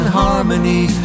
harmony